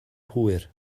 hwyr